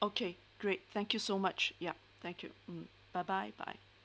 okay great thank you so much ya thank you mm bye bye bye